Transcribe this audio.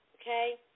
Okay